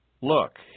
Look